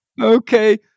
Okay